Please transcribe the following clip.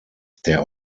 der